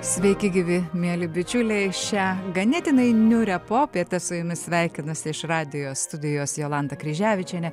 sveiki gyvi mieli bičiuliai šią ganėtinai niūrią popietę su jumis sveikinasi iš radijo studijos jolanta kryževičienė